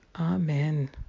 Amen